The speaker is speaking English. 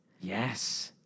Yes